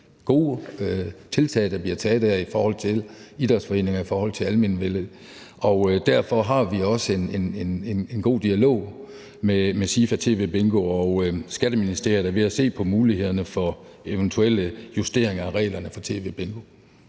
gode tiltag, der bliver taget dér, i forhold til idrætsforeninger og i forhold til almenvellet, og derfor har vi også en god dialog med SIFA TVBingo, og Skatteministeriet er ved at se på mulighederne for eventuelle justeringer af reglerne for tv-bingo.